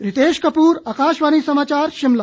रितेश कपूर आकाशवाणी समाचार शिमला